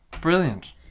Brilliant